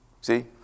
See